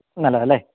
നല്ലതാണ് അല്ലെ